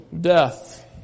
death